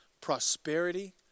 prosperity